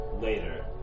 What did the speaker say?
Later